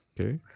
Okay